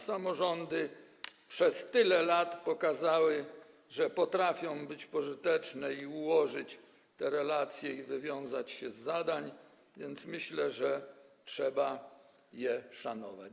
Samorządy przez tyle lat pokazały, że potrafią być pożyteczne, ułożyć sobie relacje i wywiązać się z zadań, więc myślę, że trzeba je szanować.